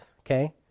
Okay